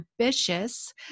ambitious